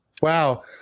Wow